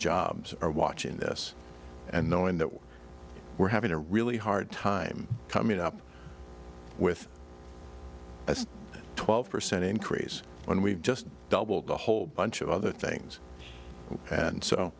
jobs are watching this and knowing that we're having a really hard time coming up with that's twelve percent increase when we've just doubled a whole bunch of other things and